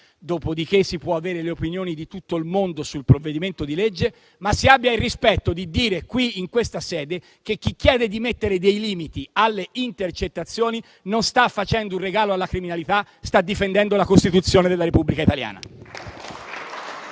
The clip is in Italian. Dopodiché si possono avere le opinioni di tutto il mondo sul provvedimento di legge, ma si abbia il rispetto di dire qui, in questa sede, che chi chiede di mettere dei limiti alle intercettazioni non sta facendo un regalo alla criminalità, ma sta difendendo la Costituzione della Repubblica italiana.